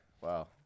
Wow